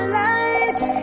lights